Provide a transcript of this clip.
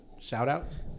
shout-out